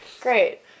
great